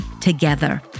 together